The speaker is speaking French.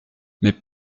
mais